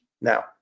Now